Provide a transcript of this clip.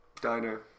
Diner